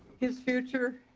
his future